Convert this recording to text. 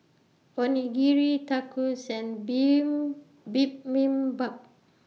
Onigiri Tacos and Bibimbap